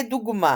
לדוגמה,